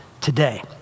today